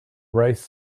rice